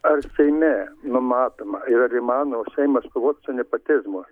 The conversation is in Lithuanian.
ar seime numatoma ir ar įmanoma seimas kovot su nepotizmu